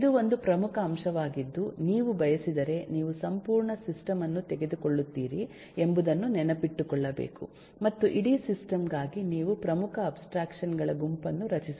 ಇದು ಒಂದು ಪ್ರಮುಖ ಅಂಶವಾಗಿದ್ದು ನೀವು ಬಯಸಿದರೆ ನೀವು ಸಂಪೂರ್ಣ ಸಿಸ್ಟಮ್ ಅನ್ನು ತೆಗೆದುಕೊಳ್ಳುತ್ತೀರಿ ಎಂಬುದನ್ನು ನೆನಪಿಟ್ಟುಕೊಳ್ಳಬೇಕು ಮತ್ತು ಇಡೀ ಸಿಸ್ಟಮ್ ಗಾಗಿ ನೀವು ಪ್ರಮುಖ ಅಬ್ಸ್ಟ್ರಾಕ್ಷನ್ ಗಳ ಗುಂಪನ್ನು ರಚಿಸುವಿರಿ